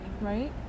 Right